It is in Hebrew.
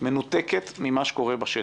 מנותקת ממה שקורה בשטח.